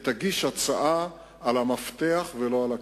ותגיש הצעה על המפתח, ולא על הקרקע.